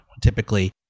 typically